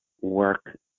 work